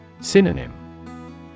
Synonym